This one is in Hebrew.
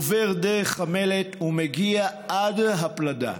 עובר דרך המלט ומגיע עד הפלדה.